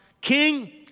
King